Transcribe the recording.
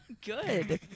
Good